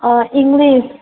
ꯑꯣ ꯏꯪꯂꯤꯁ